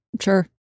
Sure